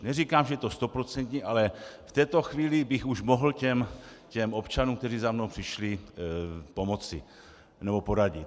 Neříkám, že je to stoprocentní, ale v této chvíli bych už mohl těm občanům, kteří za mnou přišli, pomoci nebo poradit.